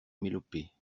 mélopées